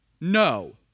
no